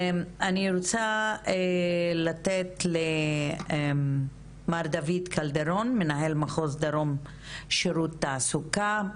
אני רוצה לתת למר דוד קלדרון מנהל מחוז דרום שירות התעסוקה.